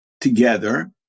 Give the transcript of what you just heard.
together